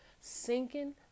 sinking